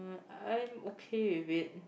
I'm okay with it